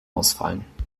ausfallen